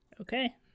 okay